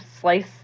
slice